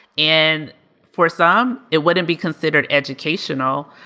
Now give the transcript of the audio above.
and for some, it wouldn't be considered educational,